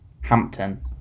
Hampton